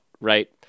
right